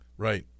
Right